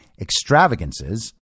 extravagances